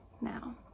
Now